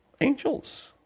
Angels